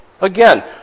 Again